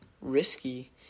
risky